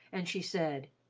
and she said